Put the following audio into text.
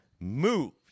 moved